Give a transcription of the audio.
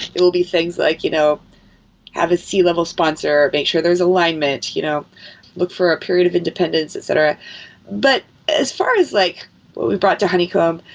it will be things like you know have a c-level sponsor, make sure there's alignment. you know look for a period of independence, etc but as far as like what we brought to honeycomb,